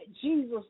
Jesus